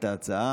לפי ההסכמות.